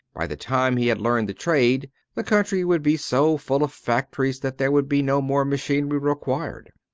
by the time he had learned the trade the country would be so full of factories that there would be no more machinery required.